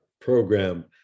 program